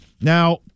Now